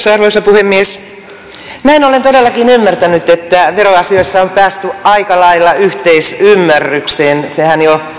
arvoisa puhemies näin olen todellakin ymmärtänyt että veroasioissa on päästy aika lailla yhteisymmärrykseen sehän jo